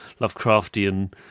Lovecraftian